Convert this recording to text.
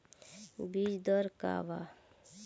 बीज दर का वा?